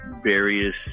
Various